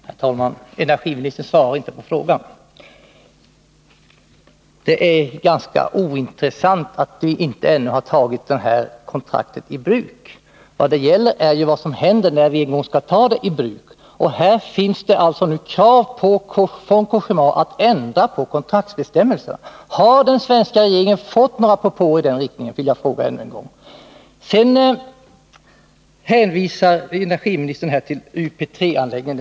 Herr talman! Arbetsmarknadsministern svarar inte på frågan. Det är ganska ointressant att vi ännu inte har tagit kontraktet i bruk. Det är ju fråga om vad som händer när vi en gång skall göra det. Nu ställs det alltså från Cogéma krav på att få ändra kontraktsbestämmelserna. Har den svenska regeringen fått några propåer i den riktningen? Jag ber än en gång att få svar på den frågan. Sedan hänvisar arbetsmarknadsministern till UP 3-anläggningen.